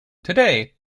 today